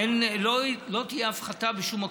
לא תהיה הפחתה בשום מקום.